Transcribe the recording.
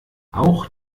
auch